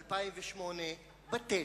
2008, בטל.